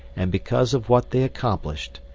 and because of what they accomplished,